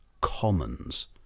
commons